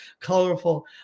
colorful